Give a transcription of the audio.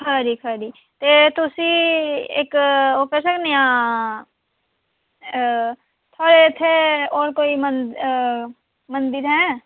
खरी खरी ते तुसी इक ओह् करी सकने आं थुआढ़े इत्थें होर कोई मंद मंदर ऐ